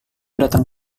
datang